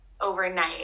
overnight